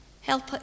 Help